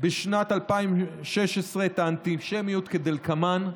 בשנת 2016 את האנטישמיות כדלקמן,